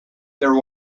there